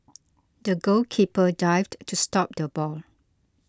the goalkeeper dived to stop the ball